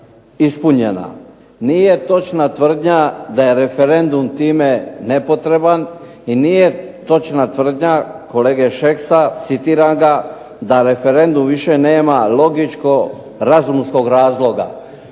ispunjena. Nije točna tvrdnja da je referendum time nepotreban i nije točna tvrdnja kolege Šeksa, citiram ga: "da referendum više nema logičko razumskog razloga",